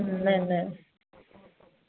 न न